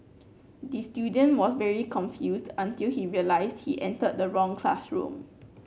the student was very confused until he realised he entered the wrong classroom